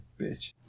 bitch